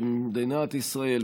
שמדינת ישראל,